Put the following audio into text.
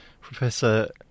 Professor